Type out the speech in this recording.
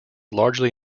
largely